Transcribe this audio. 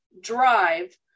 drive